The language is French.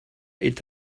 est